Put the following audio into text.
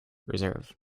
reserve